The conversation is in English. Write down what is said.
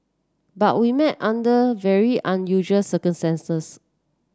but we met under very unusual circumstances